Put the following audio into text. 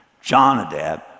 Jonadab